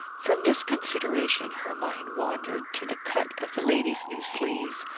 from this consideration her mind wandered to the cut of the lady's new sleeves,